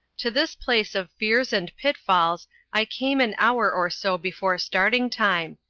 to this place of fears and pitfalls i came an hour or so before starting-time,